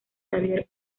xavier